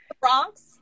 Bronx